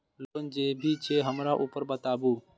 Loan जे भी छे हमरा ऊपर बताबू?